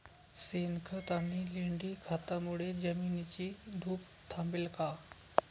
शेणखत आणि लेंडी खतांमुळे जमिनीची धूप थांबेल का?